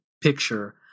picture